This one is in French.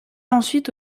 ensuite